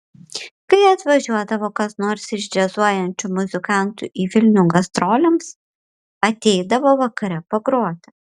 kai atvažiuodavo kas nors iš džiazuojančių muzikantų į vilnių gastrolėms ateidavo vakare pagroti